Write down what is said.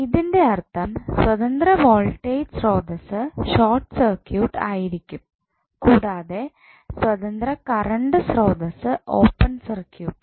ഇതിൻ്റെ അർത്ഥം സ്വതന്ത്ര വോൾട്ടേജ് സ്രോതസ്സ് ഷോർട്ട് സർക്യൂട്ട് ആയിരിക്കും കൂടാതെ സ്വതന്ത്ര കറണ്ട് സ്രോതസ്സ് ഓപ്പൺ സർക്യൂട്ടും